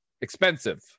expensive